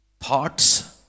Thoughts